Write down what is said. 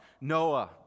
Noah